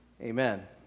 Amen